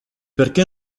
perché